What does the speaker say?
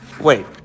Wait